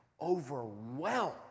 overwhelmed